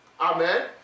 Amen